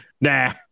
nah